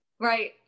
Right